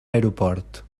aeroport